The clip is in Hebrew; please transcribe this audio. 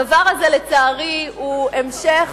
הדבר הזה, לצערי, הוא המשך